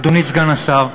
אדוני סגן השר,